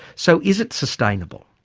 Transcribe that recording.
so is it sustainable?